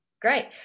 Great